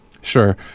Sure